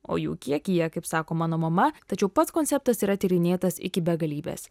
o jų kiekyje kaip sako mano mama tačiau pats konceptas yra tyrinėtas iki begalybės